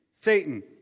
Satan